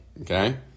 okay